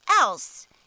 else